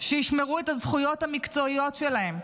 שישמרו את הזכויות המקצועיות שלהן.